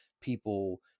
people